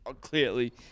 Clearly